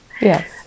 Yes